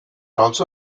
also